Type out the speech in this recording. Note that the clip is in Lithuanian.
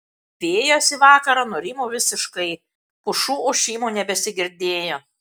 vėjas į vakarą nurimo visiškai pušų ošimo nebesigirdėjo